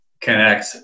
connect